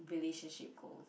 relationship goal